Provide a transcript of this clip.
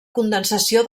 condensació